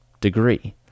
degree